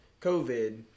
COVID